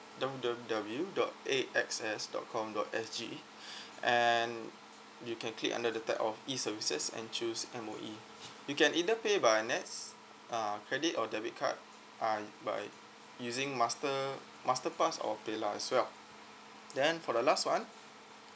W W W dot A X S dot com dot S G and you can click under the tab of E services M_O_E you can either pay by NETS uh credit or debit card uh by using master masterpass or paylah as well then for the last one